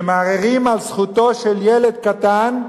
שמערערים על זכותו של ילד קטן,